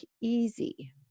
easy